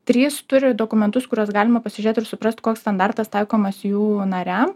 trys turi dokumentus kuriuos galima pasižiūrėt ir suprast koks standartas taikomas jų nariam